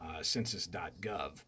census.gov